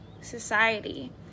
society